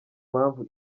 mpamvu